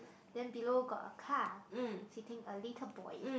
then below got a car sitting a little boy